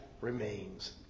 remains